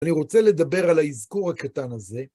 אני רוצה לדבר על האיזכור הקטן הזה.